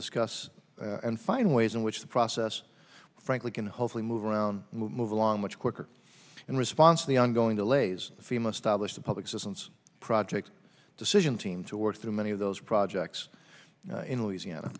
discuss and find ways in which the process frankly can hopefully move around move along much quicker in response to the ongoing delays fema stablished of public assistance projects decision team to work through many of those projects in louisiana